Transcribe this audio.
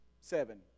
seven